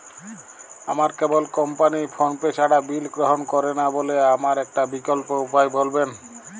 আমার cable company PhonePe ছাড়া bill গ্রহণ করে না বলে আমার একটা বিকল্প উপায় বলবেন?